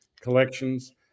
collections